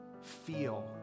feel